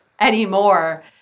anymore